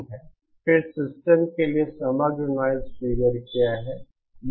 फिर सिस्टम के लिए समग्र नॉइज़ फिगर क्या होगा